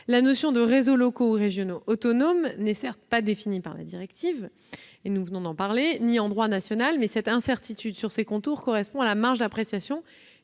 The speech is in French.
la notion de réseaux locaux ou régionaux autonomes n'est certes pas définie par la directive ni en droit national, mais cette incertitude sur ses contours correspond à la marge d'appréciation